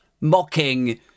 mocking